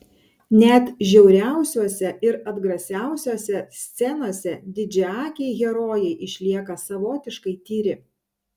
net žiauriausiose ir atgrasiausiose scenose didžiaakiai herojai išlieka savotiškai tyri